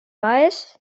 weiß